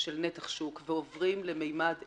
של נתח שוק ועוברים לממד ערכי,